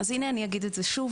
אז הנה אני אגיד את זה שוב,